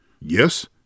yes